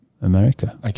America